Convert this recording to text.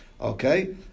Okay